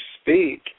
speak